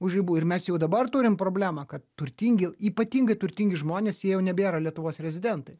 už ribų ir mes jau dabar turim problemą kad turtingi ypatingai turtingi žmonės jie jau nebėra lietuvos rezidentai